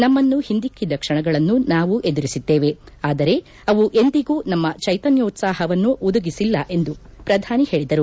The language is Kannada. ನಮ್ನನ್ನು ಹಿಂದಿಕಿದ ಕ್ಷಣಗಳನ್ನು ನಾವು ಎದುರಿಸಿದ್ದೇವೆ ಆದರೆ ಅವು ಎಂದಿಗೂ ನಮ್ನ ಚೈತನ್ನೋತ್ಸಾಹವನ್ನು ಉಡುಗಿಸಿಲ್ಲ ಎಂದು ಪ್ರಧಾನಿ ಹೇಳಿದರು